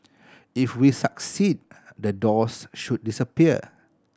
if we succeed the doors should disappear